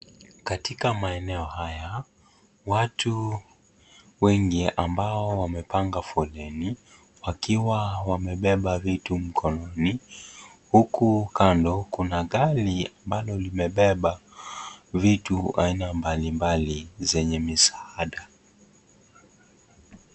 Katika maeneo haya watu wengi ambao wamepanga foleni wakiwa wamebeba vitu mkononi. Huku kando kuna gari ambalo limebeba vitu aina mbalimbali zenye misaada.